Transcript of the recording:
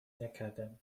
نکردهام